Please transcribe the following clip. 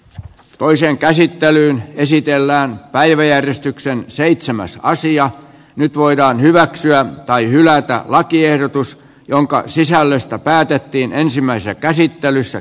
toisen käsittely esitellään päiväjärjestyksen seitsemäs sija nyt voidaan hyväksyä tai hylätä lakiehdotus jonka sisällöstä päätettiin ensimmäisessä käsittelyssä